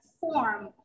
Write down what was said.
form